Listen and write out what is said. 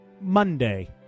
Monday